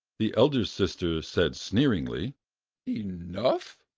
the elder sister said sneeringly enough?